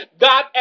God